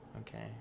Okay